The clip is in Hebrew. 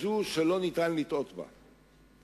כזו שלא ניתן לטעות בה.